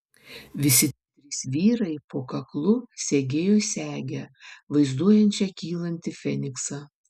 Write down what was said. visi trys vyrai po kaklu segėjo segę vaizduojančią kylantį feniksą